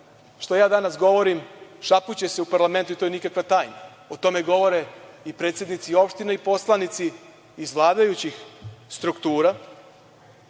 što ja danas govorim šapuće se u parlamentu, i to nije nikakva tajna. O tome govore predsednici opština i poslanici iz vladajućih struktura,